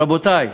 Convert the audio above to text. רבותי,